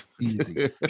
easy